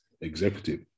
executive